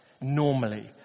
normally